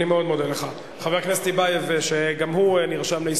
כל משלמי האגרה משלמים עבור הדבר הזה.